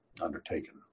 undertaken